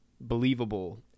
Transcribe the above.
believable